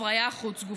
הפריה חוץ-גופית.